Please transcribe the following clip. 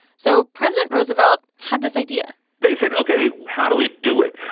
so president roosevelt had this idea they said, ok, how do we do it?